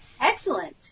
Excellent